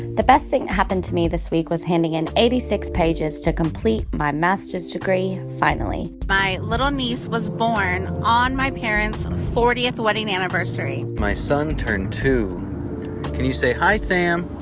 the best thing that happened to me this week was handing in eighty six pages to complete my master's degree, finally my little niece was born on my parents' fortieth wedding anniversary my son turned two. can you say, hi, sam